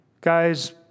Guys